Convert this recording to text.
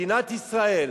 מדינת ישראל